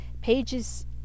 pages